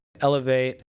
elevate